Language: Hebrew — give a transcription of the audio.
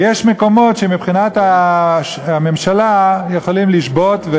ויש מקומות שמבחינת הממשלה יכולים לשבות,